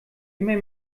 immer